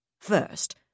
First